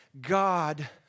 God